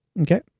Okay